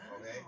okay